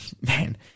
man